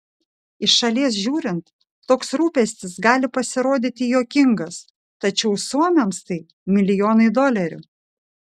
iš šalies žiūrint toks rūpestis gali pasirodyti juokingas tačiau suomiams tai milijonai dolerių